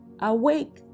awake